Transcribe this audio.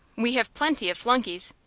we have plenty of flunkeys.